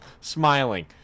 smiling